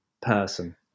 person